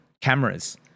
cameras